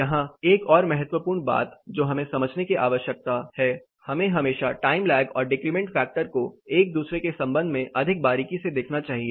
यहाँ एक और महत्वपूर्ण बात जो हमें समझने की आवश्यकता है हमें हमेशा टाइम लैग और डिक्रिमेंट फैक्टर को एक दूसरे के संबंध में अधिक बारीकी से देखना चाहिए